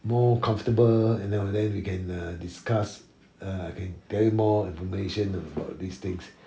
more comfortable and now and then we can uh discuss uh I can tell you more information about these things